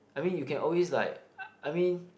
I mean you can always like I mean